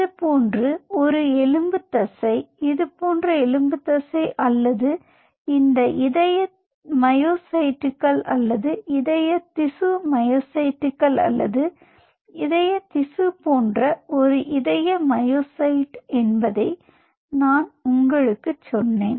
இது போன்ற ஒரு எலும்பு தசை இது போன்ற எலும்பு தசை அல்லது இந்த இதய மயோசைட்டுகள் அல்லது இதய திசு மயோசைட்டுகள் அல்லது இதய திசு போன்ற ஒரு இதய மயோசைட் என்பதை நான் உங்களுக்கு சொன்னேன்